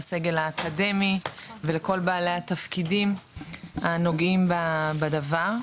לסגל האקדמי ולכל בעלי התפקידים הנוגעים בדבר.